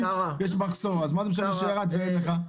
אז מה זה משנה אם זה ירד כשאין לך?